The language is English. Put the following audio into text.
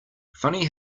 funny